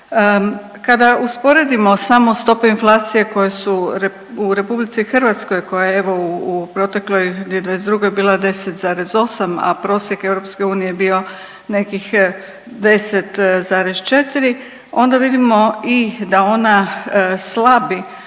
Kada usporedimo samo stope inflacije koje su u RH koja je evo u protekloj 2022. bila 10,8, a prosjek EU je bio nekih 10,4 onda vidimo i da ona slabi,